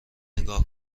نگاه